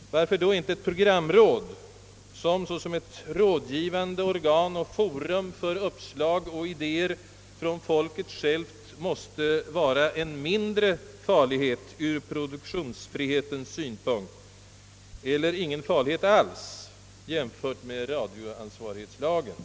Varför då inte ett programråd, som såsom ett rådgivande organ och såsom ett forum för uppslag och idéer från folket självt måste vara mindre farligt ur produktionsfrihetens synpunkt eller enligt min mening inte farligt alls i jämförelse med radioansvarighetslagen.